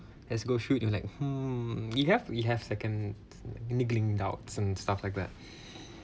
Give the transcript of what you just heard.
let's go shoot they were like hmm we have we have second niggling doubts and stuff like that